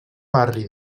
barri